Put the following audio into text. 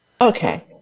Okay